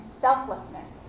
selflessness